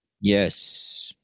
Yes